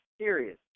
serious